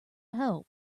help